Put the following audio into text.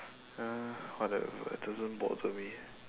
uh whatever doesn't bother me